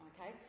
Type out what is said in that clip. okay